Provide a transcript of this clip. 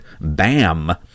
Bam